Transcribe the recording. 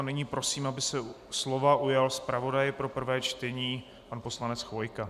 Nyní prosím, aby se slova ujal zpravodaj pro prvé čtení pan poslanec Chvojka.